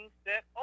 set